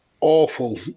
awful